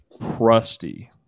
crusty